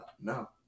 No